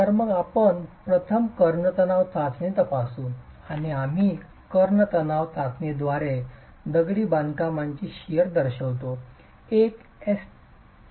तर मग आपण प्रथम कर्ण तणाव चाचणी तपासू आणि आम्ही कर्ण तणाव चाचणीद्वारे दगडी बांधकामाची शिअर दर्शवितो